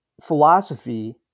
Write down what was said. philosophy